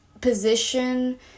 position